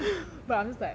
but I'm just like